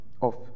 off